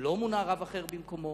לא מונה רב אחר במקומו?